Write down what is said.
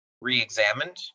re-examined